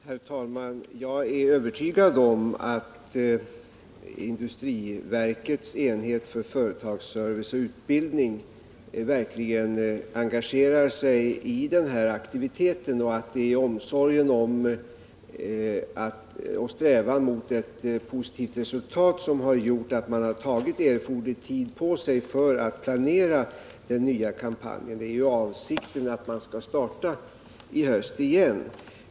Herr talman! Jag är övertygad om att industriverkets enhet för företagsservice och utbildning verkligen engagerar sig i den här aktiviteten och att det är en strävan att uppnå ett positivt resultat som har gjort att man tagit god tid på sig för att planera den nya kampanjen. Avsikten är ju att den skall starta på nytt i höst.